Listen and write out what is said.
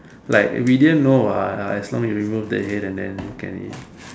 like we didn't know what as long as you remove the head then can eat